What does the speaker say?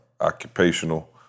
occupational